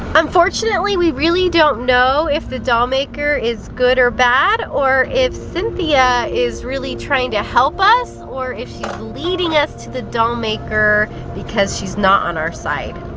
unfortunately, we really don't know if the doll maker is good or bad or if cynthia cynthia is really trying to help us or if she's leading us to the doll maker because she's not on our side.